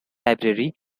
library